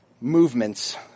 movements